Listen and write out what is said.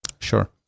Sure